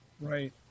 Right